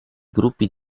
gruppi